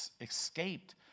escaped